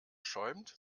schäumt